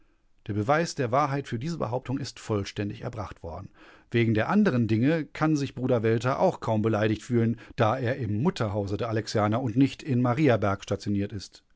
der beweis der wahrheit für diese behauptung ist vollständig erbracht worden wegen der anderen dinge kann sich bruder welter auch kaum beleidigt fühlen da er im mutterhause der alexianer und nicht in mariaberg stationiert ist